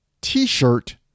t-shirt